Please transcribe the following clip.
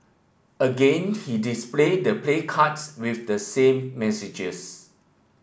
again he displayed the placards with the same messages